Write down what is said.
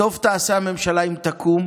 טוב תעשה הממשלה אם תקום